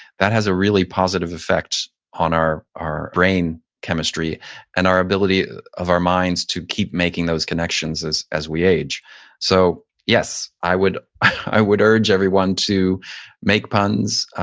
that has a really positive effect on our, our brain chemistry and our ability of our minds to keep making those connections as as we age so yes, i would i would urge everyone to make puns,